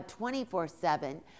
24-7